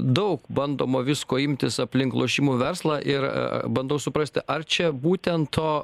daug bandoma visko imtis aplink lošimų verslą ir bandau suprasti ar čia būtent to